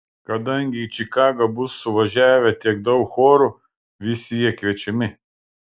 kadangi į čikagą bus suvažiavę tiek daug chorų visi jie kviečiami